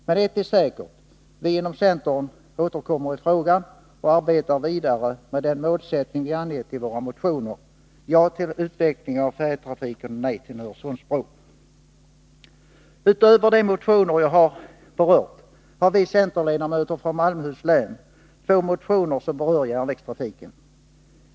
Men ett är säkert; vi inom centern återkommer i frågan och arbetar vidare med den målsättning vi angett i våra motioner: Ja till utveckling av färjetrafiken — nej till en Öresundsbro! Utöver de motioner jag här berört har vi centerledamöter från Malmöhus län väckt två motioner som berör järnvägstrafiken.